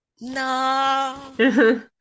no